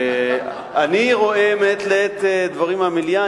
אני רואה מעת לעת דברים מהמליאה,